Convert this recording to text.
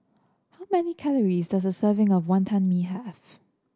how many calories does a serving of Wantan Mee have